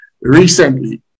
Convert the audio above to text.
recently